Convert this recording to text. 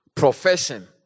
Profession